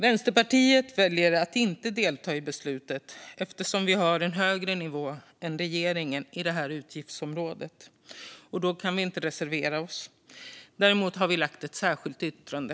Vänsterpartiet väljer att inte delta i beslutet eftersom vi föreslår en högre nivå än regeringen på det här utgiftsområdet, vilket gör att vi inte kan reservera oss. Däremot har vi ett särskilt yrkande.